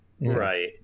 right